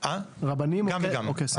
גם וגם.